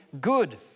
good